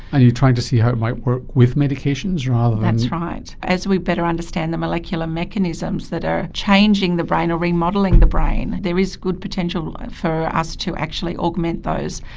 and you're trying to see how it might work with medications rather than? that's right. as we better understand the molecular mechanisms that are changing the brain or remodelling the brain, there is good potential for us to actually augment those.